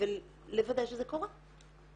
ולוודא שזה קורה.